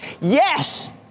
Yes